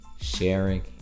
Sharing